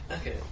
Okay